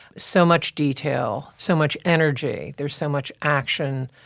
so much detail, so much energy, there's so much action.